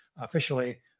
officially